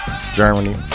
Germany